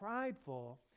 prideful